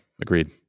Agreed